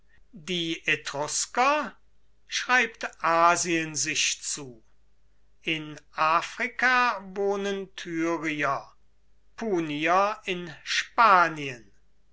die etrusker schreibt asien sich zu in afrika wohnen tyrier punier in spanien